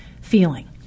feeling